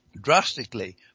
drastically